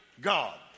God